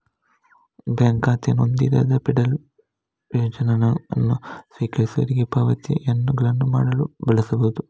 bank ಖಾತೆಯನ್ನು ಹೊಂದಿರದ federal ಪ್ರಯೋಜನವನ್ನು ಸ್ವೀಕರಿಸುವವರಿಗೆ ಪಾವತಿಗಳನ್ನು ಮಾಡಲು ಬಳಸಬಹುದು